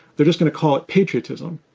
they're just going to call it patriotism.